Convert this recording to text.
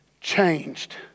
changed